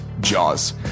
Jaws